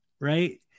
right